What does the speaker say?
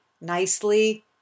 nicely